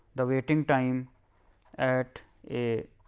the waiting time at a